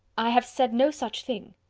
i have said no such thing.